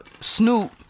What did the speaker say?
Snoop